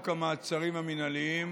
המעצרים המינהליים